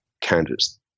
candidates